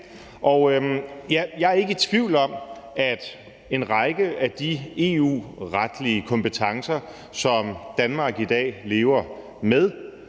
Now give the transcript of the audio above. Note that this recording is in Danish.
Jeg er ikke i tvivl om, at en række af de EU-retlige kompetencer, som Danmark i dag lever med,